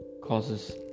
causes